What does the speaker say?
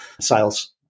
sales